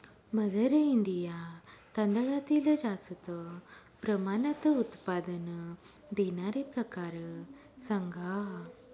mother India तांदळातील जास्त प्रमाणात उत्पादन देणारे प्रकार सांगा